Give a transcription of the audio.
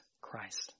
Christ